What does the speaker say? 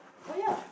oh ya